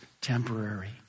temporary